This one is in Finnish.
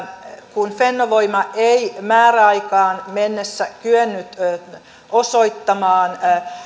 kun fennovoima ei määräaikaan mennessä kyennyt osoittamaan